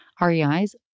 REIs